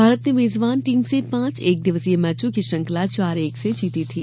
भारत ने मेजबान टीम से पांच एकदिवसीय मैचों की श्रृंखला चार एक से जीती थी